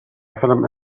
فلم